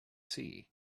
see